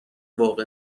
واقع